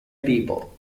people